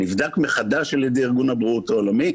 נבדק מחדש על ידי ארגון הבריאות העולמי,